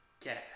get